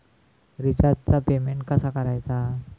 रिचार्जचा पेमेंट कसा करायचा?